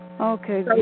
Okay